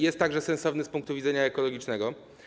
Jest to także sensowne z punktu widzenia ekologicznego.